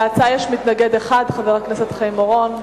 להצעה יש מתנגד אחד, חבר הכנסת חיים אורון.